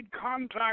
contact